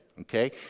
Okay